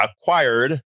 acquired